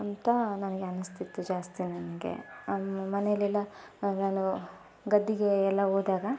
ಅಂತ ನನಗೆ ಅನಿಸ್ತಿತ್ತು ಜಾಸ್ತಿ ನನಗೆ ಮನೆಯಲ್ಲೆಲ್ಲ ನಾನು ಗದ್ದೆಗೆ ಎಲ್ಲ ಹೋದಾಗ